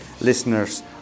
listeners